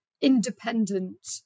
independent